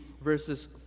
verses